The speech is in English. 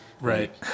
right